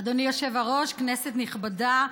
אדוני היושב-ראש, כנסת נכבדה,